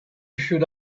should